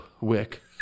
wick